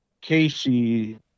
Casey